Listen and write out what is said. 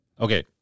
Okay